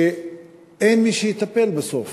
שאין מי שיטפל, בסוף,